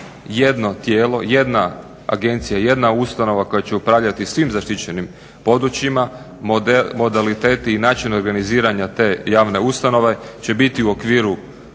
jedno tijelo, jedna agencija, jedna ustanova koja će upravljati svim zaštićenim područjima, modaliteti i način organiziranja te javne ustanove će biti u okviru